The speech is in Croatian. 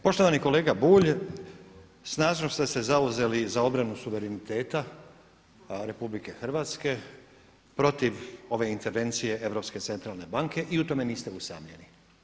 Poštovani kolega Bulj, snažno ste se zauzeli za obranu suvereniteta RH protiv ove intervencije Europske centralne banke i u tome niste usamljeni.